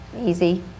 easy